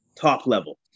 top-level